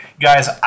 guys